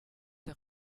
der